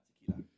tequila